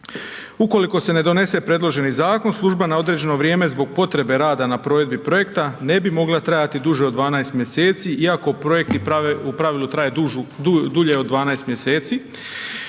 Ukoliko se ne donese predloženi zakon služba na određeno vrijeme zbog potrebe rada na provedbi projekta ne bi mogla trajati duže od 12 mjeseci iako projekti u pravilu traju dulje od 12 mjeseci,